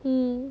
mm